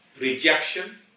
rejection